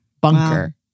bunker